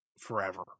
forever